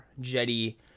Jetty